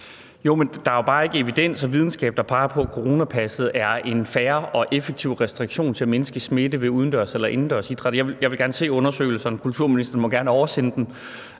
(V): Der er jo bare ikke evidens og videnskab, der peger på, at coronapasset er en fair og effektiv restriktion til at mindske smitte ved udendørs eller indendørs idræt. Jeg vil gerne se undersøgelserne, så kulturministeren må gerne oversende dem.